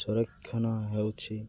ସଂରକ୍ଷଣ ହେଉଛି